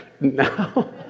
no